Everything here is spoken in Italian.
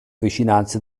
vicinanze